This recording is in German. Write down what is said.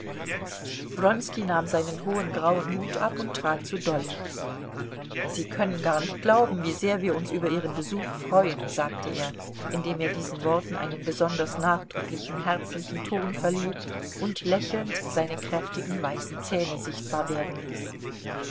nahm seinen hohen grauen hut ab und trat zu dolly sie können gar nicht glauben wie sehr wir uns über ihren besuch freuen sagte er indem er diesen worten einen besonders nachdrücklichen herzlichen ton verlieh und lächelnd seine kräftigen weißen zähne sichtbar werden ließ